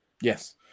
yes